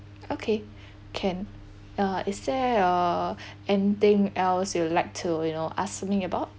okay can uh is there uh anything else you'd like to you know ask me about